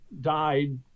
died